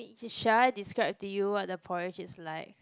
should I describe to you what the porridge is like